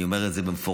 אני אומר את זה במפורש.